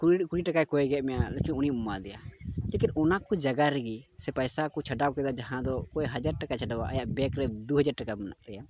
ᱠᱩᱲᱤ ᱴᱟᱠᱟᱭ ᱠᱚᱭ ᱠᱮᱜ ᱢᱮᱭᱟ ᱞᱮᱠᱤᱱ ᱩᱱᱤᱢ ᱮᱢᱟ ᱫᱮᱭᱟ ᱡᱟᱛᱮ ᱚᱱᱟ ᱠᱚ ᱡᱟᱭᱜᱟ ᱨᱮᱜᱮ ᱥᱮ ᱯᱚᱭᱥᱟ ᱠᱚ ᱪᱷᱟᱰᱟᱣ ᱠᱮᱫᱟ ᱡᱟᱦᱟᱸ ᱫᱚ ᱚᱠᱚᱭ ᱦᱟᱡᱟᱨ ᱴᱟᱠᱟᱭ ᱪᱷᱟᱰᱟᱣᱟ ᱟᱭᱟᱜ ᱵᱮᱝᱠ ᱨᱮ ᱫᱩ ᱦᱟᱡᱟᱨ ᱴᱟᱠᱟ ᱢᱮᱱᱟᱜ ᱛᱟᱭᱟ